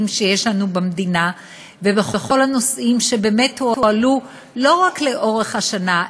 שיש לנו במדינה ובכל הנושאים שבאמת הועלו לא רק לאורך השנה,